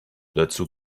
dazu